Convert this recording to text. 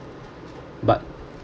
but